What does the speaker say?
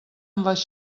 les